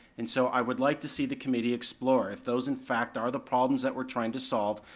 and so i would like to see the committee explore, if those in fact are the problems that we're trying to solve,